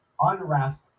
Unrest